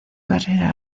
carrera